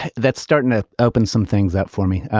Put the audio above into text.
that's starting to open some things out for me.